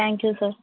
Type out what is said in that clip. thank you sir